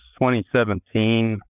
2017